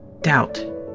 Doubt